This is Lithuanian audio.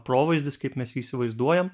provaizdis kaip mes jį įsivaizduojam